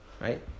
Right